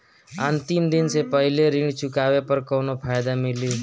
अंतिम दिन से पहले ऋण चुकाने पर कौनो फायदा मिली?